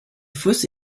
fausse